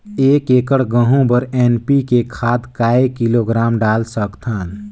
एक एकड़ गहूं बर एन.पी.के खाद काय किलोग्राम डाल सकथन?